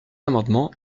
amendement